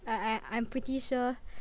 I I I'm pretty sure